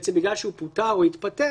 בעצם בגלל שהוא פוטר או התפטר,